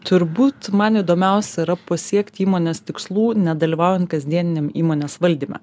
turbūt man įdomiausia yra pasiekt įmonės tikslų nedalyvaujant kasdieniam įmonės valdyme